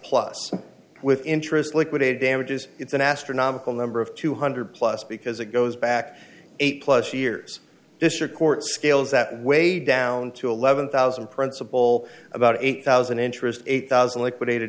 plus with interest liquidated damages it's an astronomical number of two hundred plus because it goes back eight plus years this year court scales that way down to eleven thousand principal about eight thousand interest eight thousand liquidated